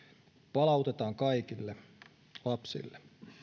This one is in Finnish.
palautetaan kaikille lapsille